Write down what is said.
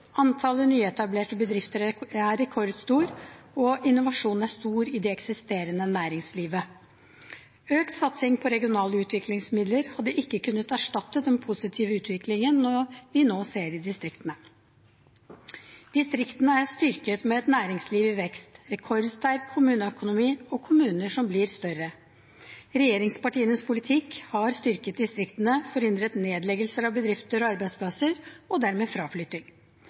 Antallet nyetablerte bedrifter er rekordstort, og innovasjonen er stor i det eksisterende næringslivet. Økt satsing på regionale utviklingsmidler hadde ikke kunnet erstatte den positive utviklingen vi nå ser i distriktene. Distriktene er styrket med et næringsliv i vekst, rekordsterk kommuneøkonomi og kommuner som blir større. Regjeringspartienes politikk har styrket distriktene, forhindret nedleggelser av bedrifter og arbeidsplasser, og dermed